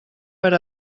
per